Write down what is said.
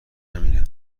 همینه